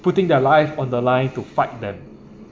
putting their life on the line to fight them